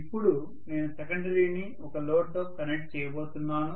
ఇప్పుడు నేను సెకండరీని ఒక లోడ్ తో కనెక్ట్ చేయబోతున్నాను